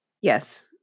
Yes